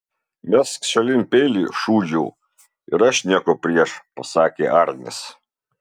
mesk šalin peilį šūdžiau ir aš nieko prieš pasakė arnis